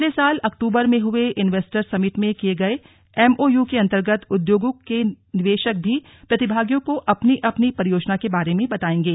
पिछले साल अक्टूबर में हुए इन्वेस्टर समिट में किये गये एम ओ यू के अंतर्गत उद्योगों के निवेशक भी प्रतिभागियों को अपनी अपनी परियोजना के बारे में बतायेंगे